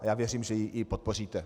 A já věřím, že ji i podpoříte.